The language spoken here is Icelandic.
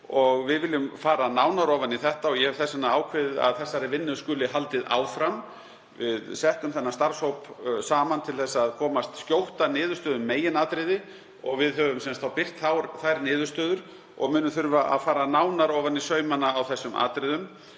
Við viljum fara nánar ofan í það og ég hef þess vegna ákveðið að þeirri vinnu skuli haldið áfram. Við settum starfshópinn saman til að komast skjótt að niðurstöðu um meginatriði og við höfum birt þær niðurstöður og munum þurfa að fara nánar ofan í saumana á þessum atriðum.